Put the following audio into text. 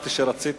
חשבתי שרצית